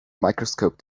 microscope